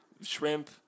shrimp